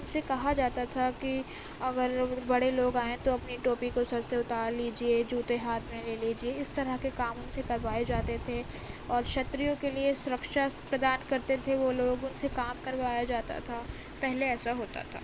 اُن سے کہا جاتا تھا کہ اگر بڑے لوگ آئیں تو اپنی ٹوپی کو سر سے اُتار لیجیے جوتے ہاتھ میں لے لیجیے اِس طرح کے کام اُن سے کروائے جاتے تھے اور شتریوں کے لیے سُرکشا پردان کرتے تھے وہ لوگ اُن سے کام کروایا جاتا تھا پہلے ایسا ہوتا تھا